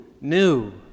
new